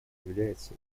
является